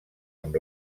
amb